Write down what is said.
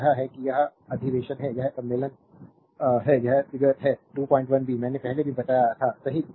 तो यह है कि यह अधिवेशन है यह सम्मेलन है यह फिगर है 21 बी मैंने पहले भी बताया था सही